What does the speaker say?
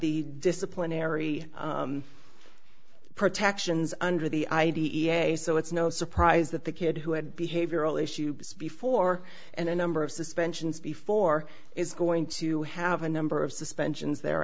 the disciplinary protections under the i d e a so it's no surprise that the kid who had behavioral issues before and a number of suspensions before is going to have a number of suspensions there